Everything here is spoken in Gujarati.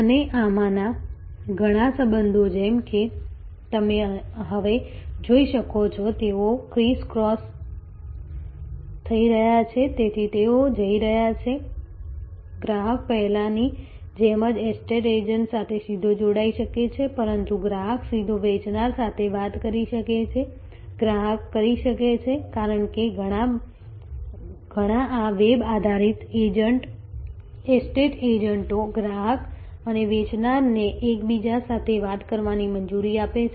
અને આમાંના ઘણા સંબંધો જેમ કે તમે હવે જોઈ શકો છો તેઓ ક્રિસક્રોસ થઈ રહ્યા છે તેથી તેઓ જઈ રહ્યા છે ગ્રાહક પહેલાની જેમ જ એસ્ટેટ એજન્ટ સાથે સીધો જોડાઈ શકે છે પરંતુ ગ્રાહક સીધો વેચનાર સાથે વાત કરી શકે છે ગ્રાહક કરી શકે છે કારણ કે ઘણા આ વેબ આધારિત એસ્ટેટ એજન્ટો ગ્રાહક અને વેચનારને એકબીજા સાથે વાત કરવાની મંજૂરી આપે છે